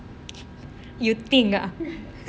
you think ah